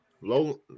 Low